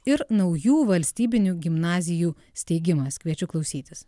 ir naujų valstybinių gimnazijų steigimas kviečiu klausytis